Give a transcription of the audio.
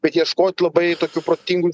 bet ieškot labai tokių protingų